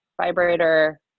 vibrator